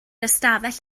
ystafell